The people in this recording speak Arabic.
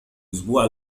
الأسبوع